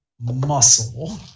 muscle